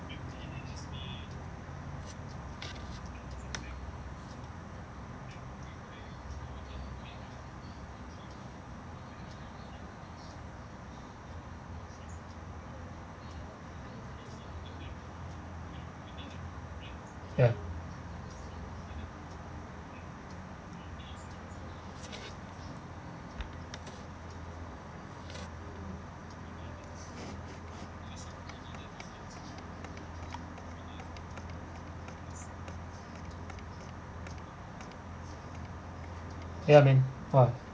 ya ya man!wah!